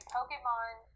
Pokemon